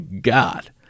god